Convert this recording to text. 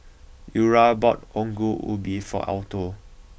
Eura bought Ongol Ubi for Alto